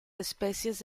especies